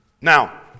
Now